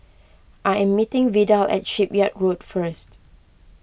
I am meeting Vidal at Shipyard Road first